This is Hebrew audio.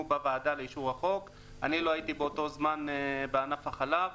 בוועדה לאישור החוק אני לא הייתי בענף החלב